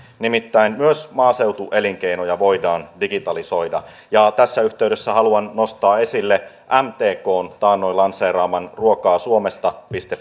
nimittäin myös maaseutuelinkeinoja voidaan digitalisoida tässä yhteydessä haluan nostaa esille mtkn taannoin lanseeraaman ruokaasuomesta